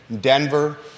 Denver